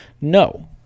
No